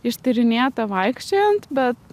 ištyrinėta vaikščiojant bet